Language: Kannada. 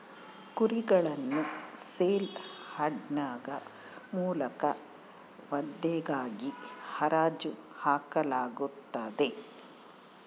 ಕುರಿಗಳನ್ನು ಸೇಲ್ ಯಾರ್ಡ್ಗಳ ಮೂಲಕ ವಧೆಗಾಗಿ ಹರಾಜು ಹಾಕಲಾಗುತ್ತದೆ